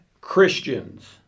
Christians